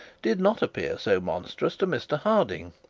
did not appear so monstrous to mr harding,